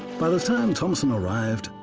by the time thompson arrived,